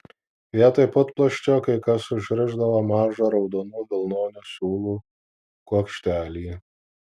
vietoj putplasčio kai kas užrišdavo mažą raudonų vilnonių siūlų kuokštelį